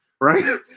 right